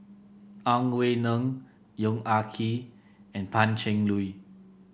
Ang Wei Neng Yong Ah Kee and Pan Cheng Lui